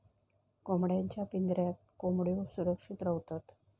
कोंबड्यांच्या पिंजऱ्यात कोंबड्यो सुरक्षित रव्हतत